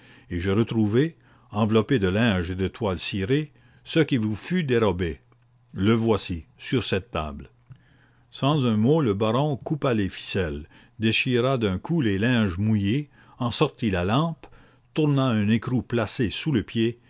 et j'ai retrouvé enveloppé de linge et de toile cirée ce qui vous fut dérobé le voici sur cette table sans un mot le baron coupa les ficelles déchira d'un coup les linges mouillés en sortit la lampe tourna un écrou placé sous le pied